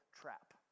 trap